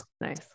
Nice